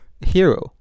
hero